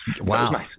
Wow